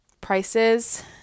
prices